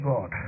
God